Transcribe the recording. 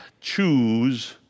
choose